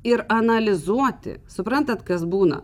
ir analizuoti suprantat kas būna